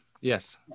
Yes